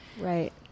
Right